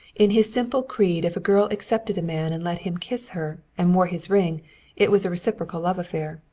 in his simple creed if a girl accepted a man and let him kiss her and wore his ring it was a reciprocal love affair.